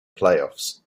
playoffs